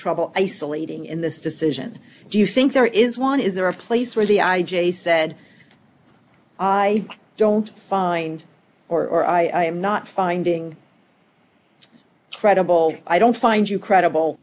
trouble isolating in this decision do you think there is one is there a place where the i j a said i don't find or i am not finding credible i don't find you credible